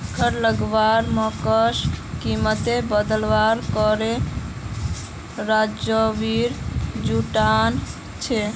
कर लगवार मकसद कीमतोत बदलाव करे राजस्व जुटाना छे